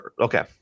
okay